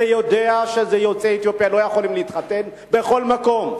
אתה יודע שיוצאי אתיופיה לא יכולים להתחתן בכל מקום.